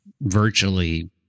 virtually